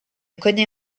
connaît